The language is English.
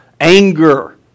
anger